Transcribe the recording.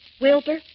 Wilbur